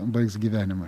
baigs gyvenimą